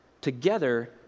Together